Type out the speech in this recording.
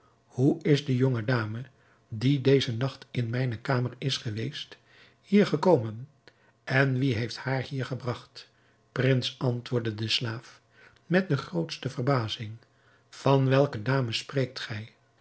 hoe is de jonge dame die dezen nacht in mijne kamer is geweest hier gekomen en wie heeft haar hier gebragt prins antwoordde de slaaf met de grootste verbazing van welke dame spreekt gij